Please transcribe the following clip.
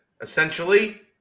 essentially